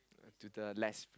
to the less